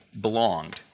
belonged